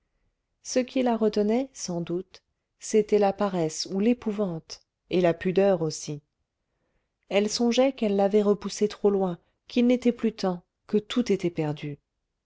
ce qui la retenait sans doute c'était la paresse ou l'épouvante et la pudeur aussi elle songeait qu'elle l'avait repoussé trop loin qu'il n'était plus temps que tout était perdu